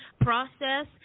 process